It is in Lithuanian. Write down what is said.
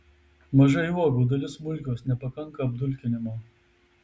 mažai uogų dalis smulkios nepakanka apdulkinimo